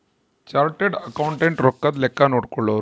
chartered accountant ರೊಕ್ಕದ್ ಲೆಕ್ಕ ನೋಡ್ಕೊಳೋರು